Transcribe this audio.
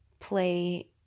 play